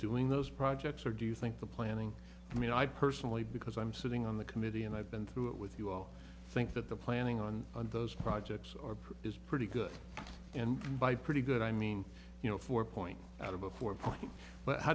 doing those projects or do you think the planning i mean i personally because i'm sitting on the committee and i've been through it with you all think that the planning on those projects or is pretty good and by pretty good i mean you know four point out of a four point but how